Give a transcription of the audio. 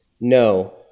no